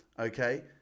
Okay